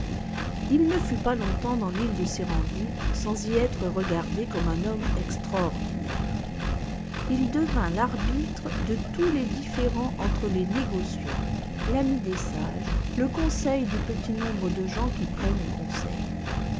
il ne fut pas long-temps dans l'île de serendib sans y être regardé comme un homme extraordinaire il devint l'arbitre de tous les différents entre les négociants l'ami des sages le conseil du petit nombre de gens qui prennent conseil